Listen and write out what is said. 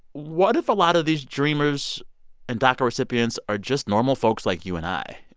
what if a lot of these dreamers and daca recipients are just normal folks like you and i?